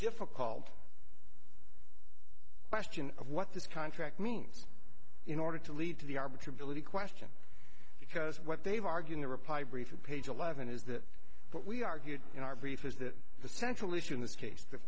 difficult question of what this contract means in order to lead to the arbiter ability question because what they've argue in the reply brief page eleven is that what we argued in our brief is that the central issue in this case the